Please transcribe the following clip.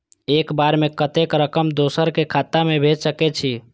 एक बार में कतेक रकम दोसर के खाता में भेज सकेछी?